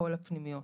בכל הפנימיות,